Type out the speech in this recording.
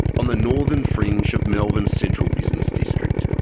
on the northern fringe of melbourne's central business district.